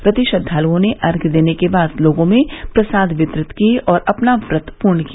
व्रती श्रद्धालओं ने अर्घ्य देने के बाद लोगों में प्रसाद वितरित किए और अपना व्रत पूर्ण किया